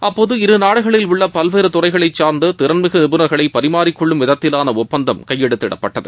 அப்போது இரு நாடுகளில் உள்ள பல்வேறு துறைகளை சார்ந்த திறன்மிகு நிபுணர்களை பரிமாறிக் கொள்ளும் விதத்திலான ஒப்பந்தம் கையெழுத்திடப்பட்டது